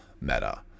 meta